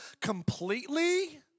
completely